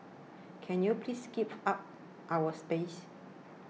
can you please give up our space